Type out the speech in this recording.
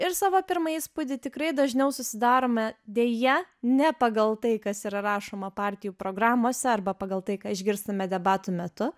ir savo pirmą įspūdį tikrai dažniau susidarome deja ne pagal tai kas yra rašoma partijų programose arba pagal tai ką išgirstame debatų metu